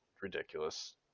ridiculous